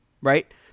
right